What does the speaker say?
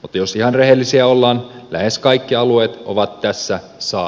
jos ihan rehellisiä ollaan lähes kaikki alueet ovat tässä saa